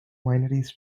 wineries